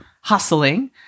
hustling